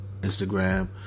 Instagram